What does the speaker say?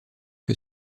que